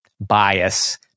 bias